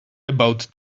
about